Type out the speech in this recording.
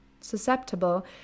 susceptible